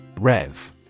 Rev